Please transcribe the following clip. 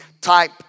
type